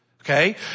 okay